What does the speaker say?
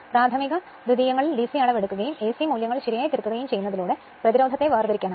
പ്രാഥമിക ദ്വിതീയങ്ങളിൽ DC അളവെടുക്കുകയും AC മൂല്യങ്ങൾ ശരിയായി തിരുത്തുകയും ചെയ്യുന്നതിലൂടെ പ്രതിരോധത്തെ വേർതിരിക്കാനാകും